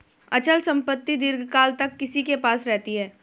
अचल संपत्ति दीर्घकाल तक किसी के पास रहती है